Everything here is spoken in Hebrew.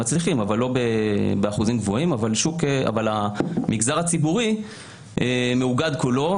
לא באחוזים גבוהים אבל המגזר הציבורי מאוגד כולו,